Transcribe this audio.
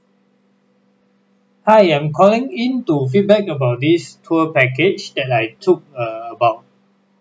hi I'm calling in to feedback about this tour package that I took err about